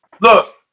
Look